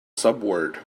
subword